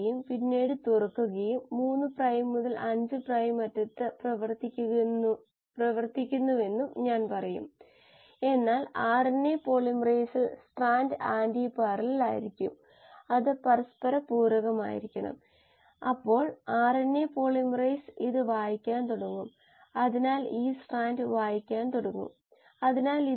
competitive ഇൻഹിബിഷനിൽ നിഷേധ വസ്തു എൻസൈമിനോടും എൻസൈം സബ്സ്ട്രേറ്റ് കോംപ്ലക്സിനോടും ബന്ധിപ്പിക്കുകയും രാസപ്രവർത്തനത്തെ തടയുകയും ചെയ്യുന്നു